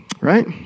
right